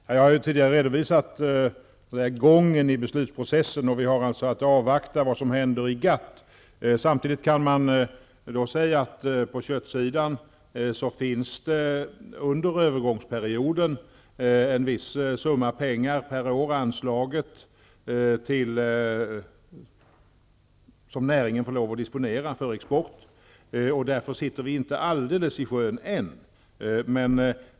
Herr talman! Jag har tidigare redovisat gången i beslutsprocessen, och vi har alltså att avvakta vad som händer i GATT. Samtidigt kan man säga att det på köttsidan under övergångsperioden finns en viss summa pengar per år anslagen, vilken näringen får lov att disponera för export. Därför sitter vi ännu inte alldeles i sjön.